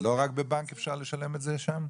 לא רק בבנק אפשר לשלם את זה שם?